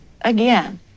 Again